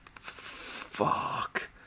fuck